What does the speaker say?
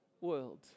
world